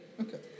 Okay